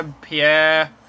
Pierre